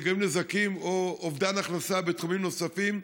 נגרמים נזקים או אובדן הכנסה בתחומים נוספים,